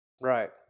Right